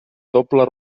doble